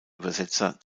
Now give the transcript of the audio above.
übersetzer